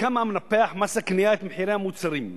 בכמה מנפח מס הקנייה את מחירי המוצרים: